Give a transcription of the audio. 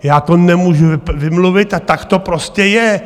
Já to nemůžu vymluvit a tak to prostě je.